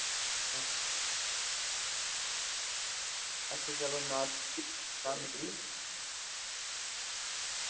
हां अच्छा चलो ना तुंदी ना मेरी